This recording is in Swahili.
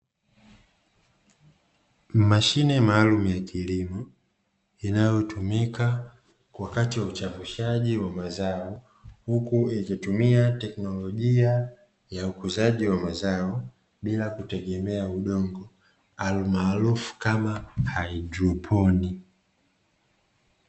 Mashine maalumu ya kilimo inayotumika wakati wa uchavushaji wa mazao, huku ikitumia teknolojia ya ukuzaji wa mazao bila kutegemea udongo almaarufu kama haidroponi.